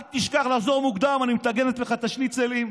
אל תשכח לחזור מוקדם, אני מטגנת לך את השניצלים.